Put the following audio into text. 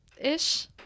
ish